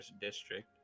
district